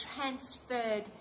transferred